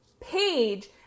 page